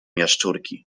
jaszczurki